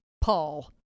Paul